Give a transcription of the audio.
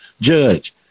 Judge